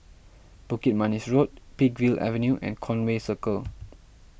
Bukit Manis Road Peakville Avenue and Conway Circle